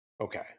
okay